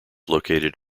located